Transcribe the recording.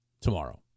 tomorrow